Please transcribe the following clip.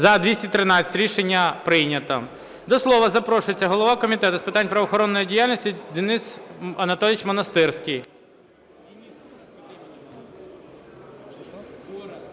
За-213 Рішення прийнято. До слова запрошується голова Комітету з питань правоохоронної діяльності Денис Анатолійович Монастирський.